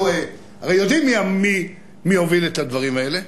אנחנו הרי יודעים מי הוביל את הדברים האלה.